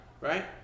right